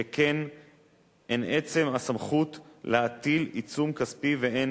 שכן הן עצם הסמכות להטיל עיצום כספי והן